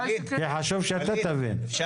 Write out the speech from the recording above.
כי חשוב שאתה תבין.